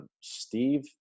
Steve